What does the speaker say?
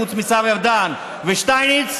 חוץ מהשרים ארדן ושטייניץ,